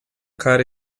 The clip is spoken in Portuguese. cara